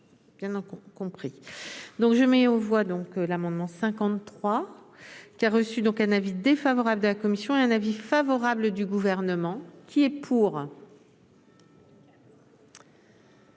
Alors donc je mets aux voix l'amendement 43, qui a reçu un avis favorable de la commission et un avis défavorable du gouvernement. Qui est pour,